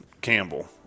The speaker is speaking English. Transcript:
Campbell